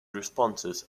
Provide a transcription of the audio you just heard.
responses